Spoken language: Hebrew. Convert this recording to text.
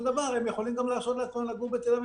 דבר הם יכולים גם להרשות לעצמם לגור בתל אביב.